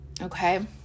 okay